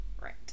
right